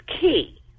key